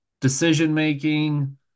decision-making